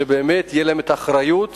שבאמת יהיו להם האחריות